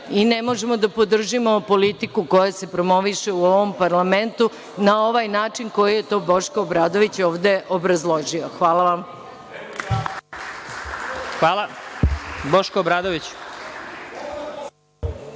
i ne možemo da podržimo politiku koja se promoviše u ovom parlamentu, a na ovaj način na koji je Boško Obradović to obrazložio. Hvala vam. **Vladimir Marinković**